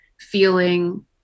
feeling